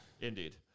Indeed